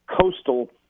Coastal